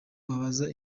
wabaza